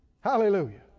Hallelujah